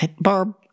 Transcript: Barb